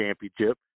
championship